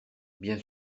bien